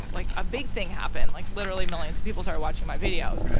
like, a big thing happened. like, literally millions people started watching my videos.